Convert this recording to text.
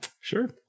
sure